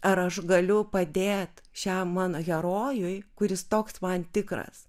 ar aš galiu padėt šiam mano herojui kuris toks man tikras